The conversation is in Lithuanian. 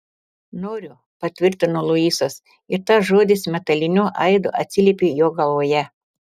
noriu patvirtino luisas ir tas žodis metaliniu aidu atsiliepė jo galvoje